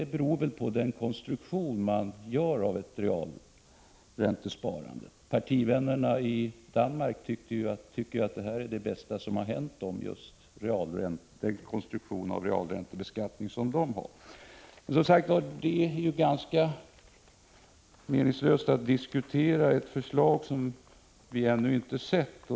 Det beror väl på hur man konstruerar beskattningen av realräntesparandet. Partivännerna i Danmark tycker ju att den danska konstruktionen av realräntebeskattningen är det bästa som har hänt. Det är som sagt ganska meningslöst att diskutera ett förslag som vi ännu inte har sett.